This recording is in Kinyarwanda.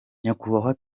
nyakubahwa